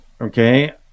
Okay